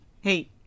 Hey